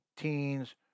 teens